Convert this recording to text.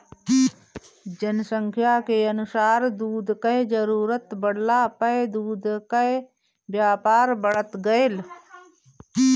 जनसंख्या के अनुसार दूध कअ जरूरत बढ़ला पअ दूध कअ व्यापार बढ़त गइल